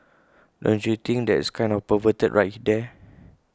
don't you think that is kind of perverted right there